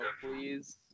please